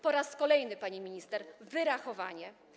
Po raz kolejny, pani minister, wyrachowanie.